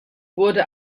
wurde